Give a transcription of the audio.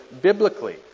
biblically